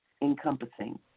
encompassing